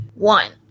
One